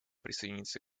присоединиться